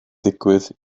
digwydd